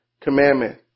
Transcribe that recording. commandment